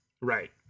Right